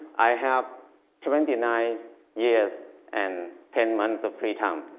i have twenty nine years and ten months of free time.